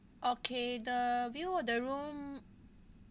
okay the view of the room